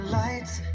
lights